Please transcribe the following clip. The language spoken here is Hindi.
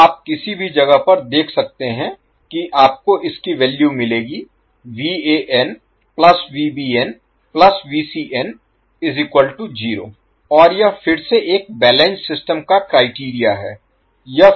तो आप किसी भी जगह पर देख सकते हैं कि आपको इसकी वैल्यू मिलेगी और यह फिर से एक बैलेंस्ड सिस्टम का क्राइटेरिया है